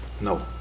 No